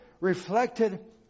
Reflected